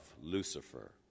Lucifer